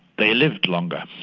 they lived longer,